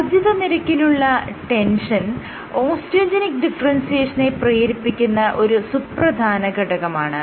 വർദ്ധിതനിരക്കിലുള്ള tension osteogenic ഡിഫറെൻസിയേഷനെ പ്രേരിപ്പിക്കുന്ന ഒരു സുപ്രധാന ഘടകമാണ്